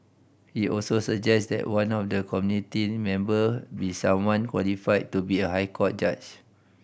he also suggested that one of the committee member be someone qualified to be a High Court judge